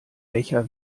becher